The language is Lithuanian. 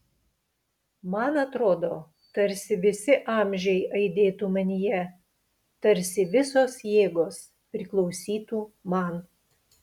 man atrodo tarsi visi amžiai aidėtų manyje tarsi visos jėgos priklausytų man